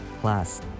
Plus